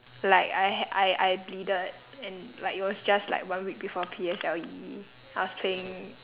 like I ha~ I I bleeded and like it was just like one week before P_S_L_E I was playing